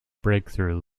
breakthrough